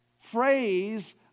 phrase